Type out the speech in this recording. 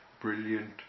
Brilliant